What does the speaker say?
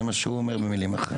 זה מה שהוא אומר במילים אחרות.